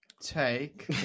take